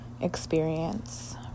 experience